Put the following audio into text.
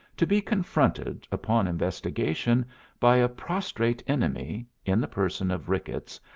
to be confronted upon investigation by a prostrate enemy, in the person of ricketts,